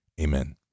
Amen